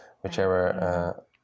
whichever